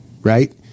right